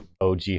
OG